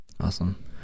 Awesome